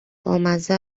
بامزه